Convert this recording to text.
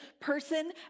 person